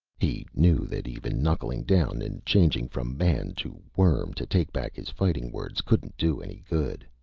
he knew that even knuckling down, and changing from man to worm to take back his fighting words, couldn't do any good.